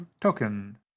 Token